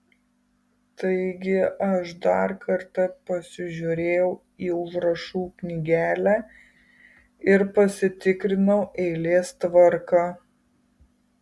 taigi aš dar kartą pasižiūrėjau į užrašų knygelę ir pasitikrinau eilės tvarką